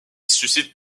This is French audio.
suscite